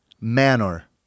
manor